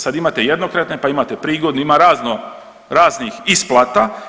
Sad imate jednokratne, pa imate prigodne, ima razno raznih isplata.